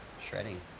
shredding